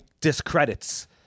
discredits